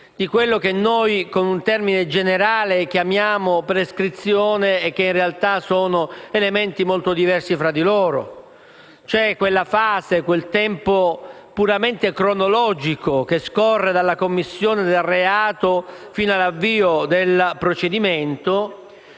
elementi, che noi con un termine generale chiamiamo prescrizione, ma che in realtà sono molto diversi tra di loro. Mi riferisco cioè a quella fase, a quel tempo puramente cronologico che scorre dalla commissione del reato fino all'avvio del procedimento